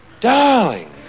Darling